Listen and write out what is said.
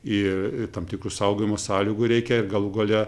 ir tam tikrų saugojimo sąlygų reikia galų gale